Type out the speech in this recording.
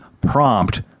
prompt